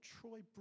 Troy